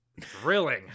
Thrilling